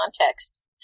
context